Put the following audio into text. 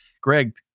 Greg